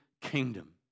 kingdom